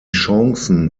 chancen